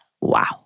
Wow